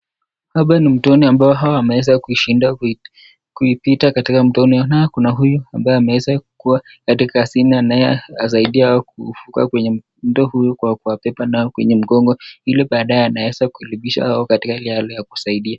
Hapa ni mtoni ambao hawa wameweza kuishindwa kuipita katika mtoni nayo kuna huyu ambaye ameweza kukua katika hazina naye asaidia hawa kuvuka kwenye mto huu kwa kuwabeba nayo kwenye mgongo ilibaadae anaweza kulipisha hao katika hali ya kusaidia.